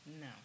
no